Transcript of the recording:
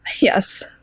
Yes